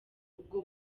ubwo